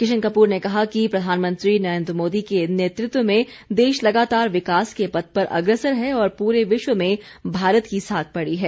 किशन कपूर ने कहा कि प्रधानमंत्री नरेन्द्र मोदी के नेतृत्व में देश लगातार विकास के पथ पर अग्रसर है और पूरे विश्व में भारत की साख बढ़ी है